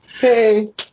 Hey